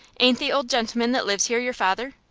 ain't the old gentleman that lives here your father?